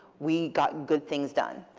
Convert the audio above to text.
we got good things done.